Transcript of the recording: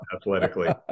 athletically